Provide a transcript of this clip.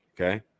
okay